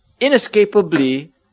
inescapably